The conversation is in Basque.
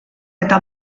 eta